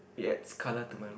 it adds colour to my room